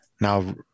now